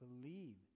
believe